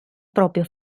proprio